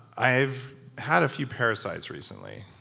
i've had a few parasites recently,